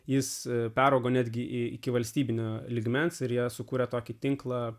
jis peraugo netgi iki valstybinio lygmens ir ją sukūrė tokį tinklą